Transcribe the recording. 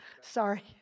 Sorry